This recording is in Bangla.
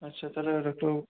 আচ্ছা তাহলে ডাক্তারবাবু